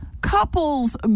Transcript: couple's